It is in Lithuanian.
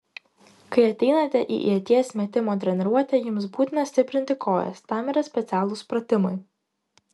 kai ateinate į ieties metimo treniruotę jums būtina stiprinti kojas tam yra specialūs pratimai